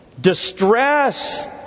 distress